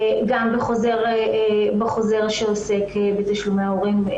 גם בחוזר שעוסק בתשלומי ההורים,